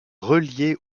relié